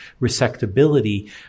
resectability